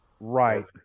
Right